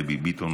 דבי ביטון,